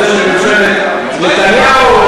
זה של ממשלת אולמרט, וזה של ממשלת נתניהו,